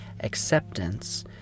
acceptance